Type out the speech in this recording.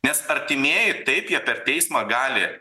nes artimieji taip jie per teismą gali